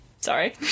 Sorry